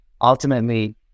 ultimately